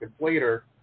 later